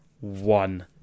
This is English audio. one